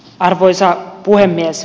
arvoisa puhemies